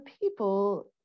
people